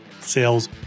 sales